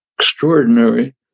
Extraordinary